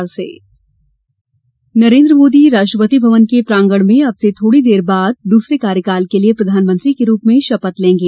शपथ नरेन्द्र मोदी राष्ट्रपति भवन के प्रांगण में अब से थोड़ी देर बाद दूसरे कार्यकाल के लिए प्रधानमंत्री के रूप में शपथ लेंगे